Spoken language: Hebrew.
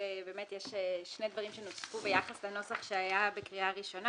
כשבאמת יש דברים שנוספו ביחס לנוסח שהיה בקריאה ראשונה,